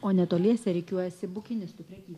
o netoliese rikiuojasi bukinistų preky